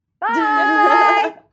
Bye